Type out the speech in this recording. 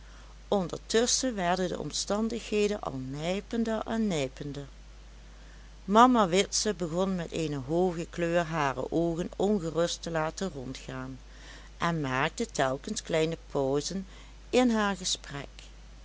ondertusschen werden de omstandigheden al nijpender en nijpender mama witse begon met eene hooge kleur hare oogen ongerust te laten rondgaan en maakte telkens kleine pauzen in haar gesprek